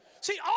See